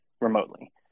remotely